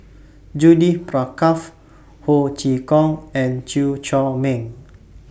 Judith Prakash Ho Chee Kong and Chew Chor Meng